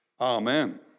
Amen